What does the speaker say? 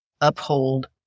Uphold